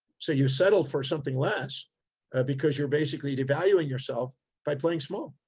so you settle for something less because you're basically devaluing yourself by playing small.